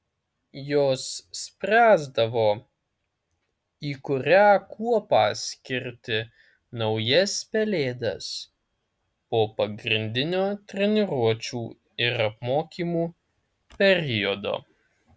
jos spręsdavo į kurią kuopą skirti naujas pelėdas po pagrindinio treniruočių ir apmokymų periodo